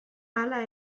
hala